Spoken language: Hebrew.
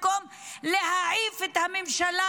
במקום להעיף את הממשלה,